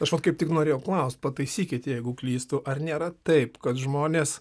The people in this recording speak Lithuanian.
aš vat kaip tik norėjau klaust pataisykit jeigu klystu ar nėra taip kad žmonės